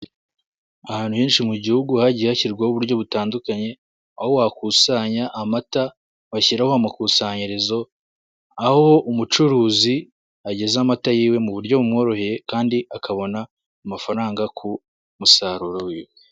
Ahantu henshi mu gihugu hagiye hashyirwaho uburyo butandukanye, aho wakusanya amata, bashyiraho amakusanyirizo, aho umucuruzi ageza amata ye mu buryo bumworoheye kandi akabona amafaranga ku umusaruro we.